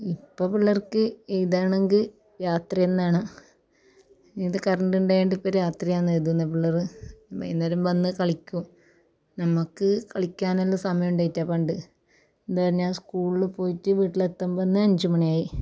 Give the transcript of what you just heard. ഇപ്പോൾ പിള്ളേർക്ക് എഴുതാണെങ്കിൽ രാത്രി എന്നാണ് ഇത് കറണ്ട് ഉണ്ടായിട്ട് ഇപ്പോൾ രാത്രിയാന്ന് എഴുതുന്നത് പിള്ളറ് വൈകുന്നേരം വന്ന് കളിക്കും നമുക്ക് കളിക്കാനുള്ള സമയം ഉണ്ടായിറ്റ പണ്ട് എന്താ പറഞ്ഞാ സ്കൂള് പോയിട്ട് വീട്ടിലെത്തുമ്പോൾ തന്നെ അഞ്ച് മണി ആയി